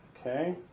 Okay